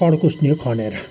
खनेर